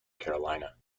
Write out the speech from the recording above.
carolina